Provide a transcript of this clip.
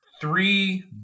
Three